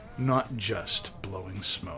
notjustblowingsmoke